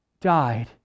died